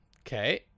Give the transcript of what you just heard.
Okay